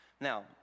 Now